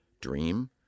dream